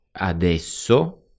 adesso